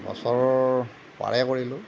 বছৰৰ পাৰে কৰিলোঁ